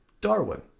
Darwin